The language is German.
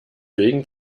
wegen